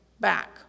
back